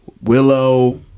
Willow